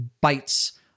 bites